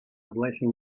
blessing